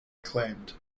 acclaimed